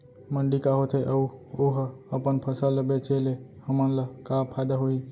मंडी का होथे अऊ उहा अपन फसल ला बेचे ले हमन ला का फायदा होही?